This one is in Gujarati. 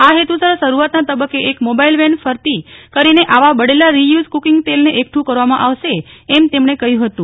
આ હેતુસર શરૂઆતના તબક્કે એક મોબાઈલ વેન ફરતી કરીને આવા બળેલા રીયુઝ કુકીંગ તેલને એકઠું કરવામાં આવશે એમ તેમણે કહ્યું હતું